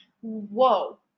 whoa